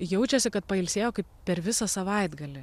jaučiasi kad pailsėjo kaip per visą savaitgalį